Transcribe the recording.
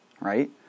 right